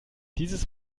dieses